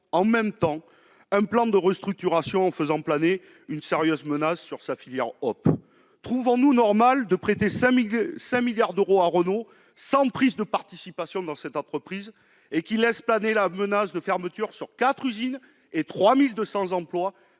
en même temps un plan de restructuration faisant planer une sérieuse menace sur sa filiale Hop ? Trouverons-nous normal de prêter 5 milliards d'euros à Renault sans prise de participation dans cette entreprise, qui laisse planer une menace de fermeture sur quatre usines représentant 3 200 emplois,